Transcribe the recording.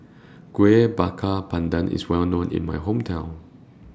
Kueh Bakar Pandan IS Well known in My Hometown